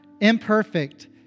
imperfect